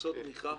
קבוצות תמיכה?